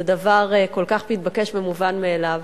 זה דבר כל כך מתבקש ומובן מאליו.